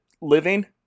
living